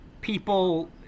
people